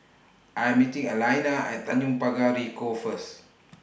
I Am meeting Alaina At Tanjong Pagar Ricoh First